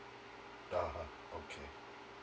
(uh huh) okay